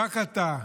רק אתה.